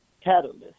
catalyst